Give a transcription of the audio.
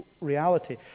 reality